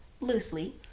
loosely